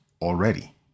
already